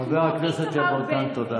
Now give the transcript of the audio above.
גברתי השרה?